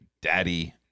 Daddy